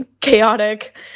chaotic